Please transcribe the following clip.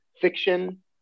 fiction